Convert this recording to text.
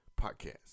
podcast